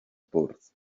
bwrdd